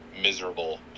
miserable